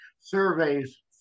surveys